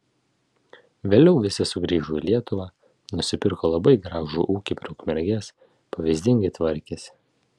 vėliau visi sugrįžo į lietuvą nusipirko labai gražų ūkį prie ukmergės pavyzdingai tvarkėsi